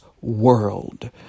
world